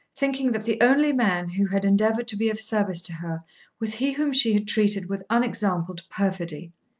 thinking that the only man who had endeavoured to be of service to her was he whom she had treated with unexampled perfidy.